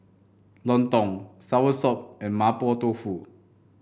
lontong soursop and Mapo Tofu